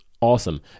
awesome